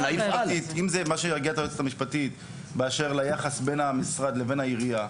אם זה מה שירגיע את היועצת המשפטית באשר ליחס בין המשרד לבין העירייה,